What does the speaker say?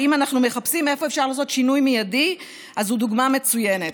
שאם אנחנו מחפשים איפה אפשר לעשות שינוי מיידי אז הוא דוגמה מצוינת.